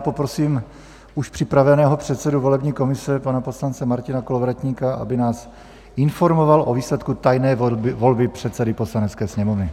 Poprosím už připraveného předsedu volební komise, pana poslance Martina Kolovratníka, aby nás informoval o výsledku tajné volby předsedy Poslanecké sněmovny.